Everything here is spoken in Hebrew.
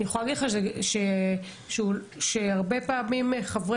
כל הכבוד.